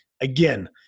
again